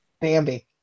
Bambi